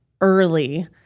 early